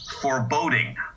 foreboding